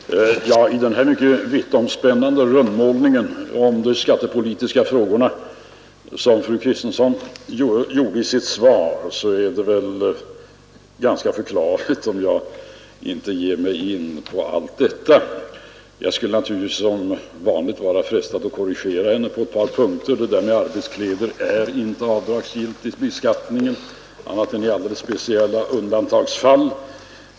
Herr talman! Efter den mycket vittomspännande rundmålning om de skattepolitiska frågorna, som fru Kristensson gjorde i sitt svar, är det väl ganska förklarligt om jag inte ger mig in på allt detta. Jag skulle naturligtvis som vanligt vara frestad att korrigera henne på ett par punkter. Arbetskläder är inte avdragsgilla vid beskattningen annat än i speciella undantagsfall.